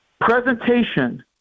presentation